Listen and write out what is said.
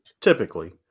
typically